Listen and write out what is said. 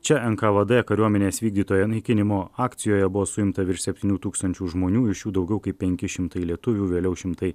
čia nkvd kariuomenės vykdytoje naikinimo akcijoje buvo suimta virš septynių tūkstančių žmonių iš jų daugiau kaip penki šimtai lietuvių vėliau šimtai